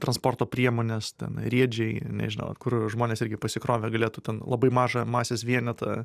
transporto priemonės ten riedžiai nežinau kur žmonės irgi pasikrovę galėtų ten labai mažą masės vienetą